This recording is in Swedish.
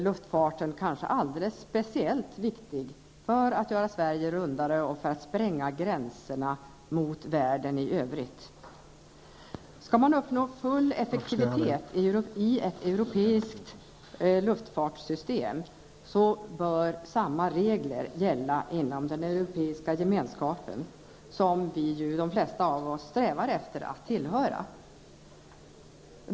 Luftfarten är kanske alldeles speciellt viktig för att göra Sverige rundare och för att spränga gränserna mot världen i övrigt. Skall man uppnå full effektivitet i ett europeiskt luftfartssystem bör samma regler gälla inom Europeiska gemenskapen, som vi -- de flesta av oss -- strävar efter att tillhöra.